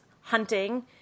hunting